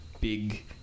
big